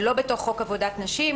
ולא בתוך חוק עבודת נשים,